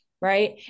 right